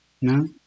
No